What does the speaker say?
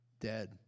dead